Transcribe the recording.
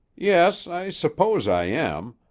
yes. i suppose i am.